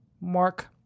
mark